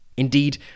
Indeed